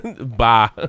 Bye